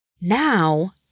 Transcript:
now